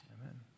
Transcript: amen